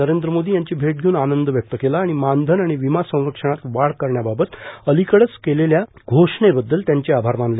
नर्रेंद्र मोदी यांची भेट घेऊन आनंद व्यक्त केला आणि मानधन आणि वीमा संरक्षणात वाढ करण्याबाबत अलीकडेच केलेल्या घोषणेबद्दल त्यांचे आभार मानले